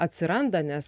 atsiranda nes